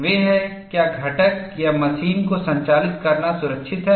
वे हैं क्या घटक या मशीन को संचालित करना सुरक्षित है